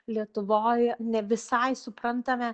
lietuvoj ne visai suprantame